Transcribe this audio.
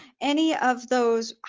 any of those